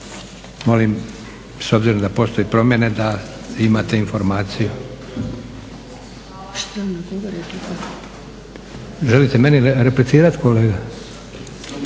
Molim s obzirom da postoje promjene da imate informaciju. Želite meni replicirati kolega?